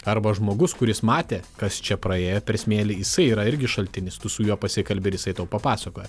arba žmogus kuris matė kas čia praėjo per smėlį jisai yra irgi šaltinis tu su juo pasikalbi ir jisai tau papasakoja